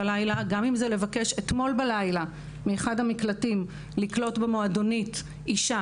למשל אתמול בלילה נתבקשנו מאחד מהמקלטים לקלוט במועדונית אישה